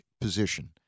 position